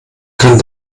kann